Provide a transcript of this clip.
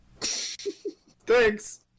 Thanks